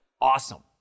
Awesome